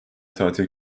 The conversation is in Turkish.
tatil